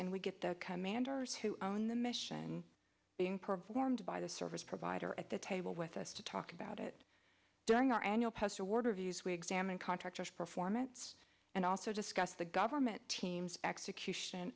and we get the commanders who own the mission being performed by the service provider at the table with us to talk about it during our annual post award reviews we examine contractors performance and also discuss the government team's execution